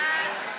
יחיאל חיליק בר,